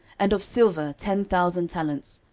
and of silver ten thousand talents,